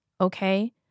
Okay